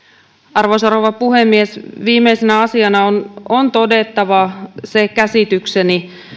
arvoisa rouva puhemies viimeisenä asiana on on todettava se käsitykseni